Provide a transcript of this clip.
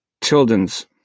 Tilden's